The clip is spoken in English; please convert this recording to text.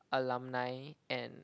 alumni and